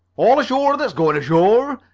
all ashore that's going ashore!